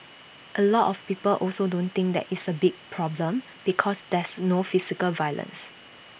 A lot of people also don't think that it's A big problem because there's no physical violence